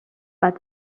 but